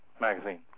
magazine